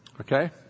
Okay